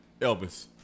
elvis